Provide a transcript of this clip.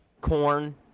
Corn